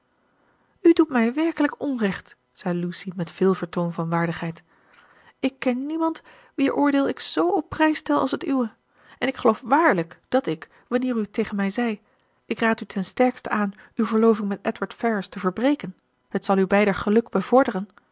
u doet mij werkelijk onrecht zei lucy met veel vertoon van waardigheid ik ken niemand wier oordeel ik z op prijs stel als het uwe en ik geloof waarlijk dat ik wanneer u tegen mij zei ik raad u ten sterkste aan uw verloving met edward ferrars te verbreken het zal uw beider geluk bevorderen